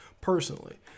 personally